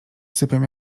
sypiam